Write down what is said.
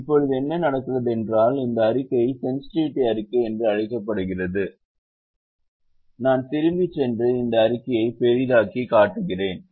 இப்போது என்ன நடக்கிறது என்றால் இந்த அறிக்கை சென்ஸ்ட்டிவிட்டி அறிக்கை என்று அழைக்கப்படுகிறது நான் திரும்பிச் சென்று இந்த அறிக்கையை பெரிதாக்கி காட்டுகிறேன்